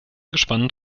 gespannt